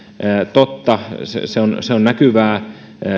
totta se on se on näkyvää